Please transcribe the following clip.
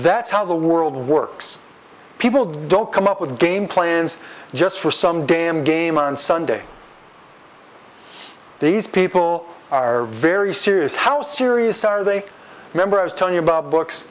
that's how the world works people don't come up with game plans just for some damn game on sunday these people are very serious how serious are they remember i was telling you about books